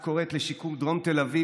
את קוראת לשיקום דרום תל אביב,